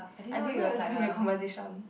I didn't know there's gonna be a conversation